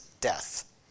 death